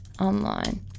online